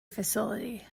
facility